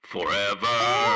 Forever